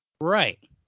Right